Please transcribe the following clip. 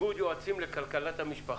איגוד יועצים לכלכלת המשפחה.